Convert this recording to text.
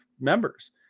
members